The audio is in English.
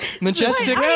Majestic